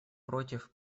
против